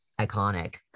iconic